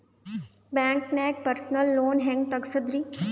ಬ್ಯಾಂಕ್ದಾಗ personal loan ಹೆಂಗ್ ತಗ್ಸದ್ರಿ?